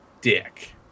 dick